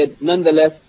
nonetheless